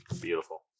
Beautiful